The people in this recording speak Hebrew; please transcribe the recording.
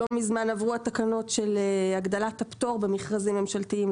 עברו התקנות של הגדלת הפטור בסכומים של מכרזים ממשלתיים,